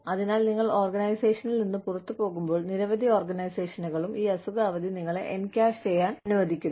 അതിനാൽ നിങ്ങൾ ഓർഗനൈസേഷനിൽ നിന്ന് പുറത്തുപോകുമ്പോൾ നിരവധി ഓർഗനൈസേഷനുകളും ഈ അസുഖ അവധി നിങ്ങളെ എൻക്യാഷ് ചെയ്യാൻ അനുവദിക്കുന്നു